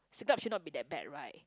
Siglap should not be that bad right